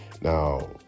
Now